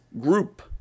group